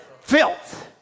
Filth